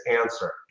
answer